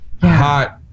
hot